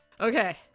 Okay